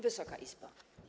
Wysoka Izbo!